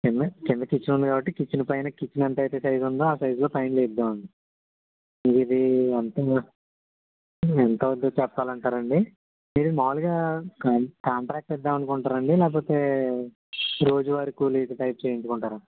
కింద కింద కిచెన్ ఉంది కాబట్టి కిచెన్ పైన కిచెన్ ఎంతైతే సైజు ఉందో ఆ సైజ్లో పైన లేపుదామండి ఇది అంతాను ఎంతవుతుందో చెప్పాలి అంటారా అండి ఇది మామూలుగా కాం కాంట్రాక్ట్ ఇద్దాము అనుకుంటారండి లేకపోతే రోజు వారి కూలీల టైప్ చేయించుకుంటారా